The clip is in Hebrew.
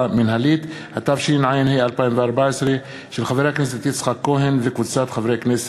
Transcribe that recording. התשע"ה 2014, של חברת הכנסת אורלי לוי